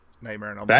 Nightmare